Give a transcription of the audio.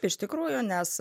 iš tikrųjų nes